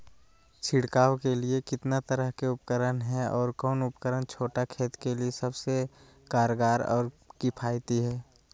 छिड़काव के लिए कितना तरह के उपकरण है और कौन उपकरण छोटा खेत के लिए सबसे कारगर और किफायती है?